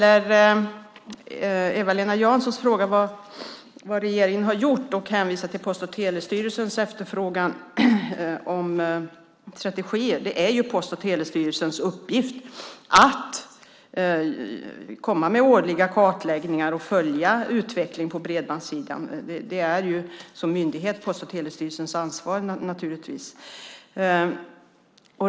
Eva-Lena Jansson frågar vad regeringen har gjort och hänvisar till att Post och telestyrelsen efterfrågar strategier. Det är ju Post och telestyrelsens uppgift att komma med årliga kartläggningar och följa utvecklingen på bredbandssidan. Det är naturligtvis Post och telestyrelsens ansvar som myndighet.